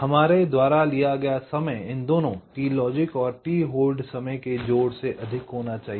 हमारे द्वारा लिया गया समय इन दोनों t लॉजिक और t होल्ड समय के जोड़ से अधिक होना चाहिए